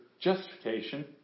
justification